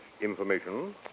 information